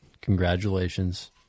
Congratulations